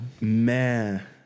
Man